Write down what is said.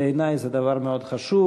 בעיני זה דבר מאוד חשוב,